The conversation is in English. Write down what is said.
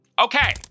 Okay